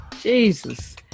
Jesus